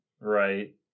right